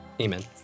Amen